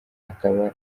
akaba